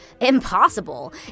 Impossible